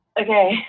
Okay